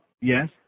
Yes